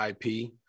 IP